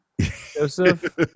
joseph